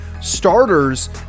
starters